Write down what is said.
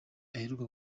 aheruka